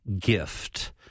gift